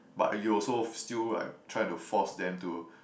but you also still like try to force them to